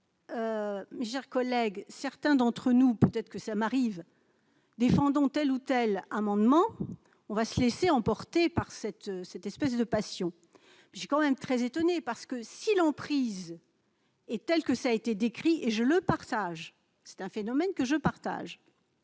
Mes chers collègues, certains d'entre nous, peut-être que ça m'arrive, défendons tels ou tels amendements, on va se laisser emporter par cette, cette espèce de passion, je suis quand même très étonné parce que si l'emprise. Et telle que ça a été décrit et je le partage, c'est un phénomène que je partage